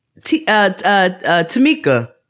Tamika